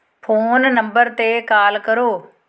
phone number 'ਤੇ call ਕਰੋ